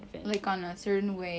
like on a certain weight